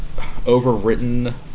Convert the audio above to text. overwritten